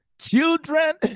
Children